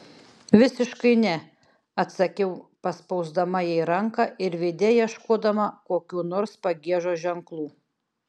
visiškai ne atsakiau paspausdama jai ranką ir veide ieškodama kokių nors pagiežos ženklų